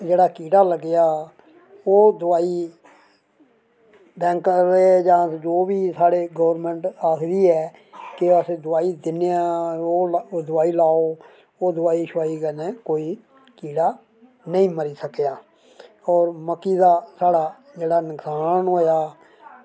जेह्ड़ा कीड़ा लग्गेआ ओह् दोआई बैंक दे जां जो बी गौरमैंट जेह्ड़ी साढ़ी ऐ कि अस ओह् दोआई दिन्ने आं ओह् दोआई लाओ ओह् दोाई कन्नै कोई कीड़ा नेईं मरी सकेआ होर मक्की दा जेह्ड़ा साढ़ा नुकसान होएआ